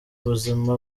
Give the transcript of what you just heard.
ubuzima